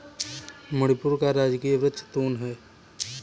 मणिपुर का राजकीय वृक्ष तून है